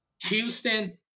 Houston